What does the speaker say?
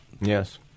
Yes